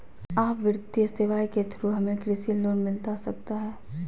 आ वित्तीय सेवाएं के थ्रू हमें कृषि लोन मिलता सकता है?